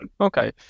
okay